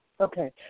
Okay